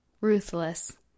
ruthless